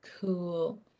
Cool